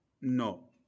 no